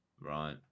Right